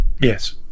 Yes